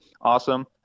awesome